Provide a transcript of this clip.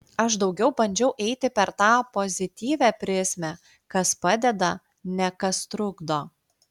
aš daugiau bandžiau eiti per tą pozityvią prizmę kas padeda ne kas trukdo